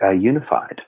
unified